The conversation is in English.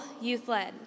youth-led